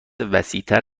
وسیعتر